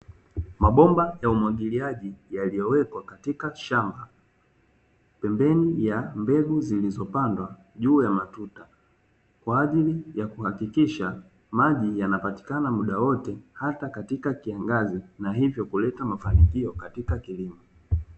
Mbomba ya umwagiliaji yaliyowekwa katika shamba pembeni ya mbegu, zilizopandwa juu ya matuta kwa ajili ya kuhakikisha maji yanapatikana muda wote hasa katika kiangazi hivyo kuleta mafanikio katika kilimo.